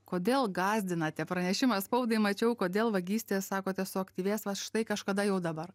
kodėl gąsdinate pranešimą spaudai mačiau kodėl vagystės sakote suaktyvės va štai kažkada jau dabar